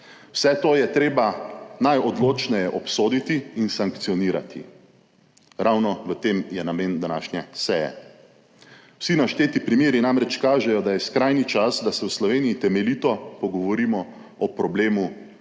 Vse to je treba najodločneje obsoditi in sankcionirati. Ravno v tem je namen današnje seje. Vsi našteti primeri namreč kažejo, da je skrajni čas, da se v Sloveniji temeljito pogovorimo o problemu